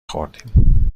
خوردیم